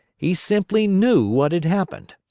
he simply knew what had happened.